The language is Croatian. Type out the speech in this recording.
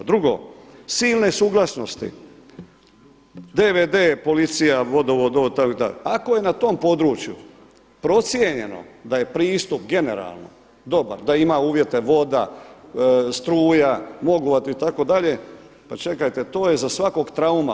Drugo, silne suglasnosti, DVD, policija, vodovod, itd., ako je na tom području procijenjeno da je pristup generalno dobar, da ima uvjete voda, struka … itd. pa čekajte to je za svakog trauma.